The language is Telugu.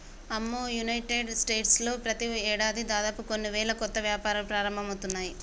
అమ్మో యునైటెడ్ స్టేట్స్ లో ప్రతి ఏడాది దాదాపు కొన్ని వేల కొత్త వ్యాపారాలు ప్రారంభమవుతున్నాయి